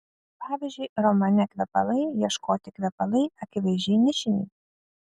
pavyzdžiui romane kvepalai ieškoti kvepalai akivaizdžiai nišiniai